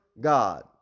God